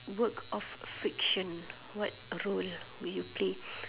work of friction what role would you play